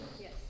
Yes